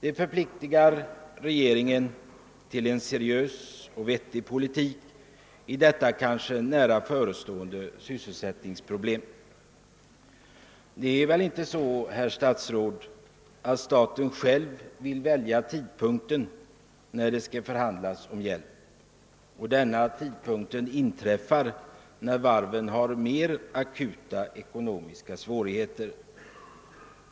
Detta förpliktigar regeringen till en seriös och vettig politik i detta kanske nära förestående sysselsättningsproblem. Det är väl inte så, herr statsråd, att staten själv vill välja tidpunkten när det skall förhandlas om hjälp och denna tidpunkt inträffar när varven har mer akuta ekonomiska svårigheter.